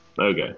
Okay